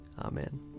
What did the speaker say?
amen